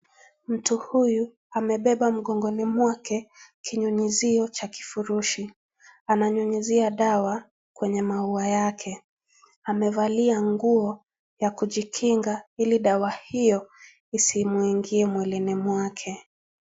Mtu huyu amebeba mgongoni mwake kunyunyizio. cha kifurushi. Ananyunyizia dawa kwenye maua yake. Amevalia nguo ya kujikinga ili dawa hiyo isimwingie mwilini mwake.